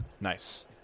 Nice